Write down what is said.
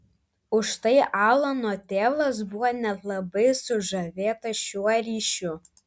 užtai alano tėvas buvo net labai sužavėtas šiuo ryšiu